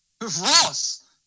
Ross